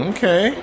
Okay